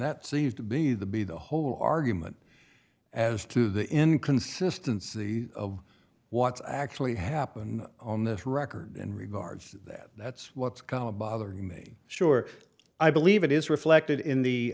that seems to be the be the whole argument as to the inconsistency of what's actually happening on this record in regards to that that's what's going to bother me sure i believe it is reflected in the